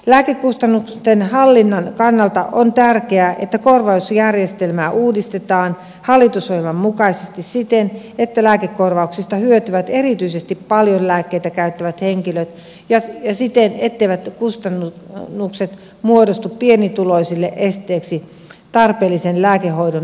lääkekustannusten hallinnan kannalta on tärkeää että korvausjärjestelmää uudistetaan hallitusohjelman mukaisesti siten että lääkekorvauksista hyötyvät erityisesti paljon lääkkeitä käyttävät henkilöt ja siten etteivät kustannukset muodostu pienituloisille esteeksi tarpeellisen lääkehoidon saamiselle